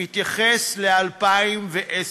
מתייחס ל-2010,